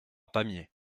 pamiers